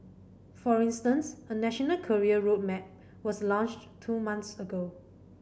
for instance a national career road map was launched two months ago